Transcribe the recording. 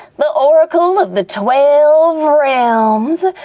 the oracle of the twelve realms.